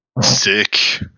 Sick